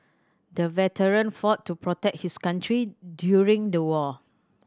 the veteran fought to protect his country during the war